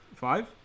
Five